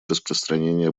распространения